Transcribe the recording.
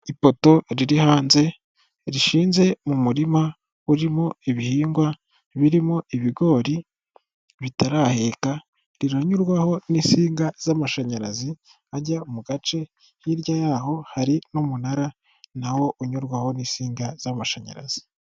Ipoto riri hanze rishinze mu murima urimo ibihingwa birimo ibigori bitaraheka, riranyurwaho n'insinga z'amashanyarazi ajya mu gace. Hirya yaho hari n'umunara nawo unyurwaho n'insinga z'amashanyarazi.